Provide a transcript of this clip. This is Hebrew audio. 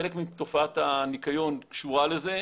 חלק מתופעת הניקיון קשורה לזה.